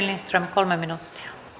lindström kolme minuuttia